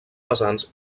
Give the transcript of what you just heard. pesants